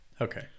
Okay